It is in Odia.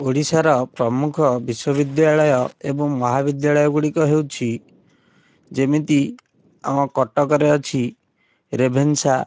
ଓଡ଼ିଶାର ପ୍ରମୁଖ ବିଶ୍ୱବିଦ୍ୟାଳୟ ଏବଂ ମହାବିଦ୍ୟାଳୟ ଗୁଡ଼ିକ ହେଉଛି ଯେମିତି ଆମ କଟକରେ ଅଛି ରେଭେନ୍ସା